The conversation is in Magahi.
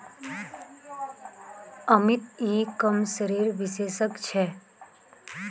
अमित ई कॉमर्सेर विशेषज्ञ छे